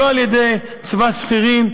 לא על-ידי צבא שכירים,